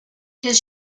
his